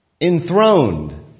enthroned